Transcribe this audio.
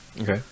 Okay